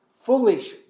foolish